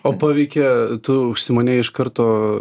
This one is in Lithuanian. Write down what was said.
o poveikia tu užsimanei iš karto